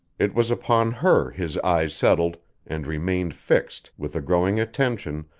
it was upon her his eyes settled and remained fixed, with a growing attention,